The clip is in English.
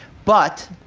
but